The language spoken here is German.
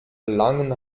langen